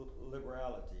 liberality